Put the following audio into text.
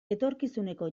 etorkizuneko